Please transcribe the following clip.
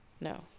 No